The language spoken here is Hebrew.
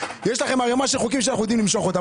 יש לכם ערימה של חוקים שאנחנו יודעים למשוך אותם.